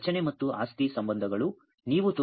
ರಚನೆ ಮತ್ತು ಆಸ್ತಿ ಸಂಬಂಧಗಳು